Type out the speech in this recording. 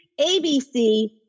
ABC